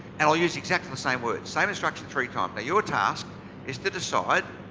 and i'll use exactly the same words. same instruction three times. your task is to decide.